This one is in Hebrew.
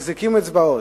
מחזיקים אצבעות.